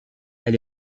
elle